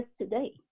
today